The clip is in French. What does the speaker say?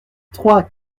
trois